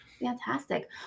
fantastic